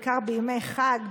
בעיקר בימי חג,